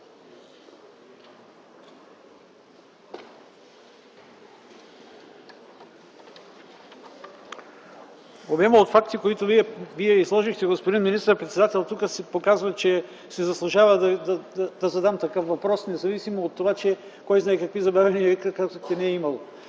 Обемът от факти, които Вие изложихте, господин министър-председател, тук показва, че си заслужава да задам такъв въпрос, независимо от това, че кой знае какви ... не е имало,